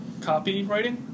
copywriting